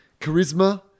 charisma